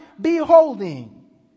beholding